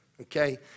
okay